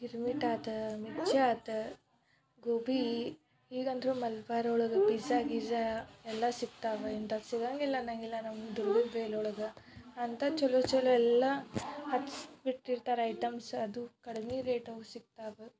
ಗಿರ್ಮಿಟ್ ಆತು ಮಿರ್ಚಿ ಆತ್ ತುಗೋಬಿ ಈಗ ಅಂದ್ರೆ ಮಲ್ಬಾರ್ ಒಳಗೆ ಪಿಝಾ ಗಿಝಾ ಎಲ್ಲ ಸಿಗ್ತಾವೆ ಇಂಥದ್ದು ಸಿಗಂಗಿಲ್ಲ ಅನ್ನೊಂಗಿಲ್ಲ ನಮ್ಮ ದುರ್ಗದ ಬೈಲು ಒಳಗೆ ಅಂಥ ಚಲೋ ಚಲೋ ಎಲ್ಲ ಹತ್ಸಿ ಬಿಟ್ಟಿರ್ತಾರ್ ಐಟಮ್ಸ್ ಅದು ಕಡಿಮೆ ರೇಟವು ಸಿಗ್ತಾವೆ